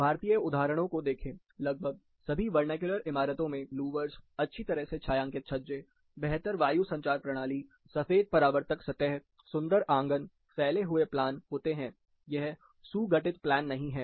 भारतीय उदाहरणों को देखें लगभग सभी वर्नाक्यूलर इमारतों में लूवर्स अच्छी तरह से छायांकित छज्जे बेहतर वायु संचार प्रणाली सफेद परावर्तक सतह सुंदर आंगन फैले हुए प्लान होते हैं यह सुगठित प्लान नहीं है